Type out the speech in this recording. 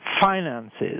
finances